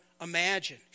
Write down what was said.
imagine